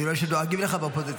--- אני רואה שדואגים לך באופוזיציה.